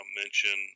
mention